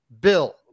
Bill